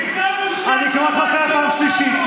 אני קורא אותך לסדר פעם שלישית.